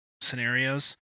scenarios